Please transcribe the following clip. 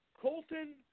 Colton